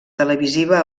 televisiva